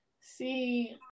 See